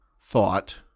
thought